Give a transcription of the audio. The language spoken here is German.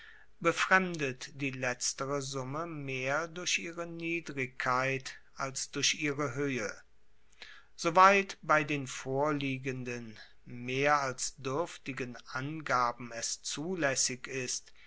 befremdet die letztere summe mehr durch ihre niedrigkeit als durch ihre hoehe soweit bei den vorliegenden mehr als duerftigen angaben es zulaessig ist